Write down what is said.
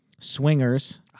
swingers